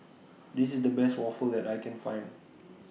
This IS The Best Waffle that I Can Find